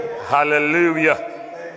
Hallelujah